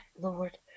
Lord